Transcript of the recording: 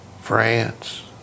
france